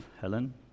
Helen